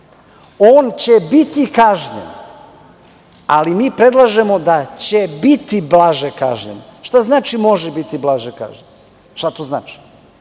On će biti kažnjen, ali mi predlažemo da će biti blaže kažnjen. Šta znači može biti blaže kažnjen? Šta to znači?